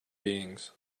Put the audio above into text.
beings